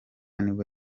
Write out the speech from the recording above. nibwo